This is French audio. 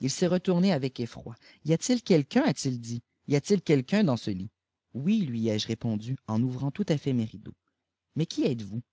il s'est retourné avec effroi y a-t-il quelqu'un a-t-il dit y a-t-il quelqu'un dans ce lit oui luiai je répondu en ouvrant tout-à-fait me rideaux mais qui êtes voust